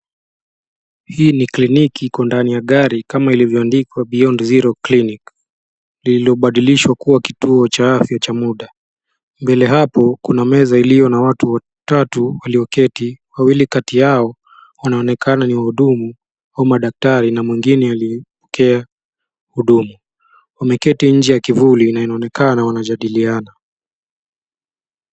Hii ni kliniki, iko ndani ya gari, kama ilivyoandikwa BEYOND ZERO CLINIC , lililo badilishwa kuwa kituo cha afya kwa muda. Mbele hapo, kuna meza iliyo na watu watatu, walioketi, wawili kati yao, wanaonekena ni wahudumu, au madaktari, na mwingine aliyepokea hudumu. Wameketi nje ya kivuli, na inaonekana, wanajadiliana.